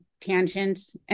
tangents